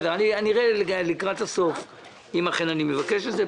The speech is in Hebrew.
אני אראה לקראת הסוף אם אכן אני מבקש את זה.